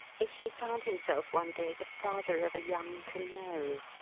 if he found himself, one day, the father of a young canary.